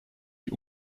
die